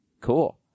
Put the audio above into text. cool